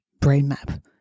brainmap